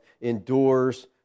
endures